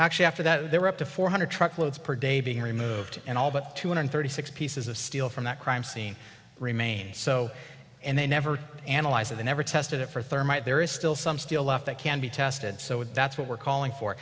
actually after that there were up to four hundred truckloads per day being removed and all but two hundred thirty six pieces of steel from that crime scene remain so and they never analyze of the never tested it for thermite there is still some still left that can be tested so that's what we're calling for